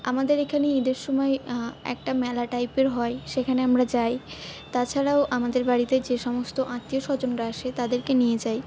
আমাদের এখানে ঈদের সময় একটা মেলা টাইপের হয় সেখানে আমরা যাই তাছাড়াও আমাদের বাড়িতে যে সমস্ত আত্মীয় স্বজনরা আসে তাদেরকে নিয়ে যাই